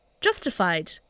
justified